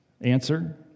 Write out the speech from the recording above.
Answer